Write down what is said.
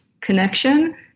connection